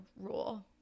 rule